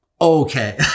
okay